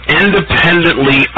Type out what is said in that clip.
independently